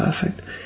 perfect